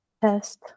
test